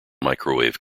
microwave